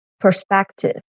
perspective